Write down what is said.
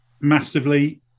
massively